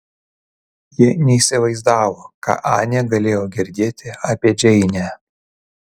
ji neįsivaizdavo ką anė galėjo girdėti apie džeinę